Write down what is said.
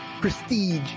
prestige